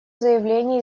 заявление